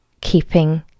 keeping